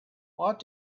what